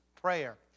prayer